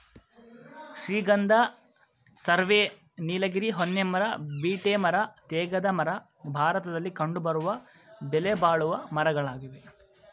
ಶ್ರೀಗಂಧ, ಸರ್ವೆ, ನೀಲಗಿರಿ, ಹೊನ್ನೆ ಮರ, ಬೀಟೆ ಮರ, ತೇಗದ ಮರ ಭಾರತದಲ್ಲಿ ಕಂಡುಬರುವ ಬೆಲೆಬಾಳುವ ಮರಗಳಾಗಿವೆ